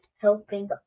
helping